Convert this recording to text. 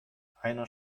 einer